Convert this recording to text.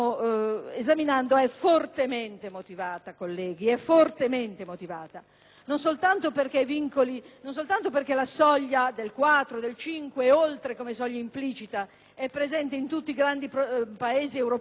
Non soltanto perché la soglia del 4 per cento ed oltre, come soglia implicita, è presente in tutti i grandi Paesi europei (mentre i Paesi più piccoli hanno apparentemente soglie minori perché eleggono